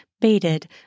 baited